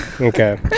Okay